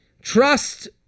trust